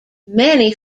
many